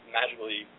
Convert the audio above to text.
magically